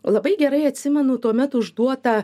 labai gerai atsimenu tuomet užduotą